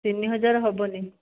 ତିନି ହଜାର ହେବନି